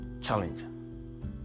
challenge